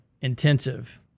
intensive